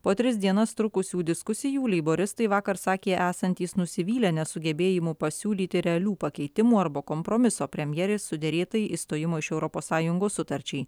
po tris dienas trukusių diskusijų leiboristai vakar sakė esantys nusivylę nesugebėjimu pasiūlyti realių pakeitimų arba kompromiso premjerės suderėtai išstojimo iš europos sąjungos sutarčiai